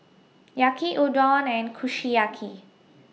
Yaki Udon and Kushiyaki